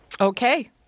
Okay